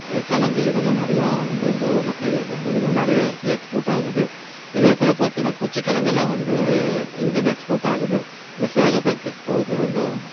கிழங்கு இதெல்லாம் நிறையா வந்து எங்கள் ஊரில் பயிரிடுறாங்க இதுவும் நிறைய இடத்துக்கு எக்ஸ்போர்ட் ஆகுது இதே போல் பார்த்தீங்கன்னா குச்சிக் கிழங்கெல்லாம் வந்து இங்கேருந்து எக்ஸ்போர்ட் ஆகுது இந்த சேகோ ஃபேக்ட்ரிக்கு போகுது அந்த